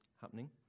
happening